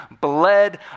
bled